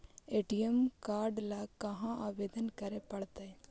ATM card ल कहा आवेदन करे पड़तै?